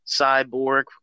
Cyborg